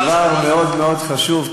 זה דבר מאוד מאוד חשוב,